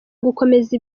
gukomeza